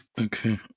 Okay